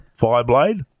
Fireblade